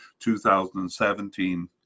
2017